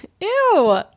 ew